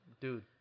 dude